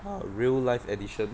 real life edition